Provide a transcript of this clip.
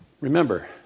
Remember